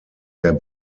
der